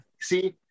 see